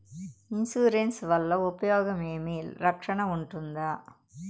Insurance వల్ల ఉపయోగం ఏమి? రక్షణ ఉంటుందా?